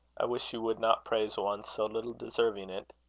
i wish you would not praise one so little deserving it.